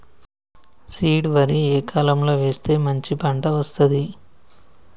Seed వరి ఏ కాలం లో వేస్తే మంచి పంట వస్తది?